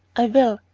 i will.